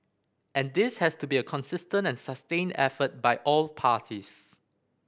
and this has to be a consistent and sustained effort by all parties